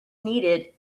needed